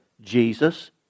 Jesus